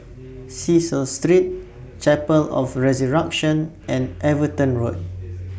Cecil Street Chapel of The Resurrection and Everton Road